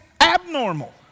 Abnormal